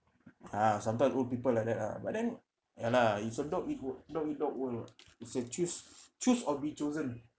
ah sometimes old people like that ah but then ya lah its a dog eat wo~ dog eat dog world [what] it's a choose choose or be chosen